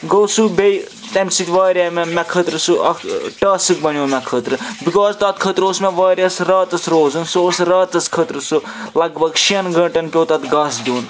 گوٚو سُہ بیٚیہِ تمہِ سۭتۍ واریاہ مےٚ مےٚ خٲطرٕ سُہ اَکھ ٹاسٕک بَنٮ۪و مےٚ خٲطرٕ بِکاز تَتھ خٲطرٕ اوس مےٚ واریاہَس راتَس روزُن سُہ اوس راتَس خٲطرٕ سُہ لگ بگ شیٚن گنٛٹن پٮ۪وو تَتھ گس دیُن